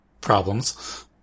problems